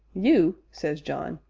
you? says john,